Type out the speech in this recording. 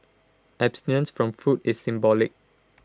abstinence from food is symbolic